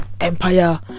Empire